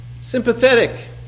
sympathetic